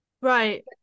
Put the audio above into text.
Right